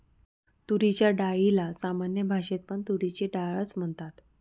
तुरीच्या डाळीला सामान्य भाषेत पण तुरीची डाळ च म्हणतात